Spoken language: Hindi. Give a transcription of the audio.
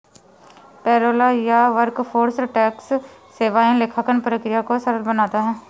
पेरोल या वर्कफोर्स टैक्स सेवाएं लेखांकन प्रक्रिया को सरल बनाता है